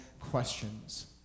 questions